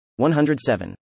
107